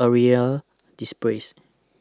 aerial displays